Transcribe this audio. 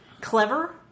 clever